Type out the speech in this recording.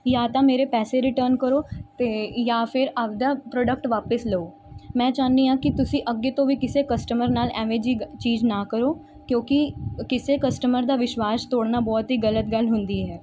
ਜਾਂ ਤਾਂ ਮੇਰੇ ਪੈਸੇ ਰਿਟਰਨ ਕਰੋ ਅਤੇ ਜਾਂ ਫਿਰ ਆਪਣਾ ਪ੍ਰੋਡਕਟ ਵਾਪਿਸ ਲਓ ਮੈਂ ਚਾਹੁੰਦੀ ਹਾਂ ਕਿ ਤੁਸੀਂ ਅੱਗੇ ਤੋਂ ਵੀ ਕਿਸੇ ਕਸਟਮਰ ਨਾਲ ਐਵੇਂ ਜਿਹੀ ਗ ਚੀਜ਼ ਨਾ ਕਰੋ ਕਿਉਂਕਿ ਕਿਸੇ ਕਸਟਮਰ ਦਾ ਵਿਸ਼ਵਾਸ ਤੋੜਨਾ ਬਹੁਤ ਹੀ ਗਲਤ ਗੱਲ ਹੁੰਦੀ ਹੈ